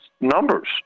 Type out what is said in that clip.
numbers